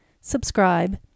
subscribe